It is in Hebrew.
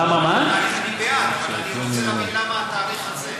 למה נקבע התאריך הזה?